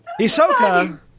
Isoka